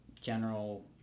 General